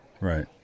Right